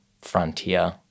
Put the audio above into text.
frontier